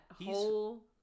whole